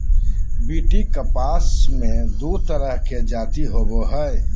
BT कपास मे दू तरह के जाति होबो हइ